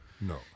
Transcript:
No